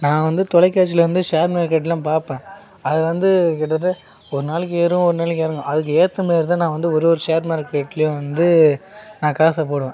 நான் வந்து தொலைக்காட்சியில வந்து ஷேர் மார்க்கெட்லாம் பார்ப்பேன் அது வந்து கிட்டத்தட்ட ஒரு நாளைக்கு ஏறும் ஒரு நாளைக்கு இறங்கும் அதுக்கு ஏத்தமாரி தான் நான் வந்து ஒரு ஒரு ஷேர் மார்கெட்லையும் வந்து நான் காசை போடுவேன்